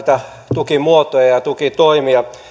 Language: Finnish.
tukimuotoja ja ja tukitoimia